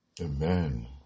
Amen